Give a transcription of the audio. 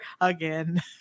again